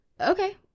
Okay